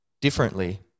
differently